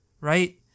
right